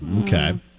Okay